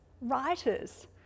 writers